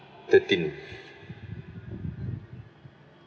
thirteen